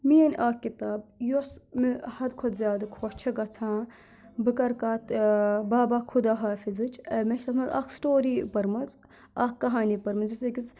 میٲنۍ اَکھ کِتاب یۄس مےٚ حد کھۄتہٕ زیادٕ خۄش چھِ گژھان بہٕ کَرٕ کَتھ بابا خُدا ہافِزٕچ مےٚ چھِ اَتھ منٛز اَکھ سٹوری پٔرمٕژ اَکھ کَہانی پٔرمٕژ یُس أکِس